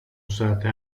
usate